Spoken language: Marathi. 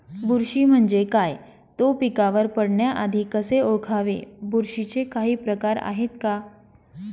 बुरशी म्हणजे काय? तो पिकावर पडण्याआधी कसे ओळखावे? बुरशीचे काही प्रकार आहेत का?